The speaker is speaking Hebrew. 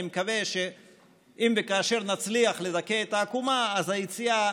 אני מקווה שאם וכאשר נצליח לדכא את העקומה אז היציאה